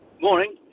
Morning